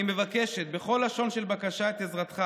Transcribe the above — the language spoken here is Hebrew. אני מבקשת בכל לשון של בקשה את עזרתך